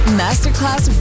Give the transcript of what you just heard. masterclass